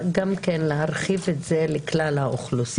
גם כן להרחיב את זה לכלל האוכלוסייה.